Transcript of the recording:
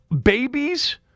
babies